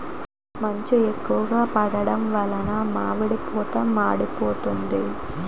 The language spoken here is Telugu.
మంచు ఎక్కువ పడడం వలన మామిడి పూత మాడిపోతాంది